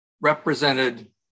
represented